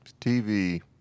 tv